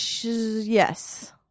Yes